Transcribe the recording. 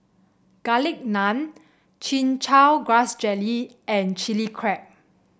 Garlic Naan Chin Chow Grass Jelly and Chili Crab